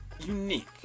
unique